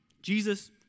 Jesus